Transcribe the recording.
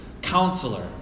counselor